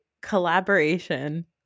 collaboration